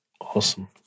Awesome